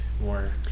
more